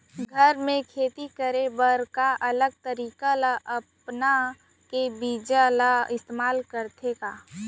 घर मे खेती करे बर का अलग तरीका ला अपना के बीज ला इस्तेमाल करथें का?